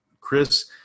Chris